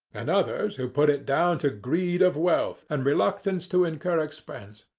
and others who put it down to greed of wealth and reluctance to incur expense.